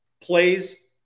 plays